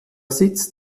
sitz